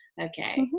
Okay